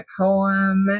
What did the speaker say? poem